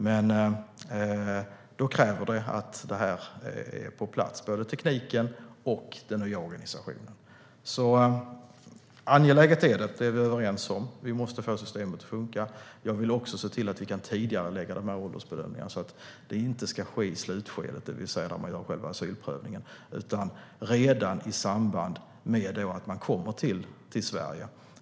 Men då krävs det att både tekniken och den nya organisationen är på plats. Angeläget är det; det är vi överens om. Vi måste få systemet att funka. Jag vill också se till att vi kan tidigarelägga åldersbedömningarna så att de inte sker i slutskedet, det vill säga vid själva asylprövningen, utan redan i samband med att man kommer till Sverige.